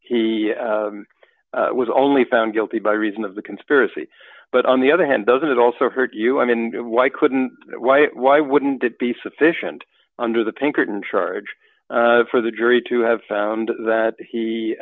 he was only found guilty by reason of the conspiracy but on the other hand doesn't it also hurt you i mean why couldn't why why wouldn't it be sufficient under the pinkerton charge for the jury to have found that he